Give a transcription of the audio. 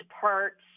parts